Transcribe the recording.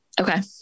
Okay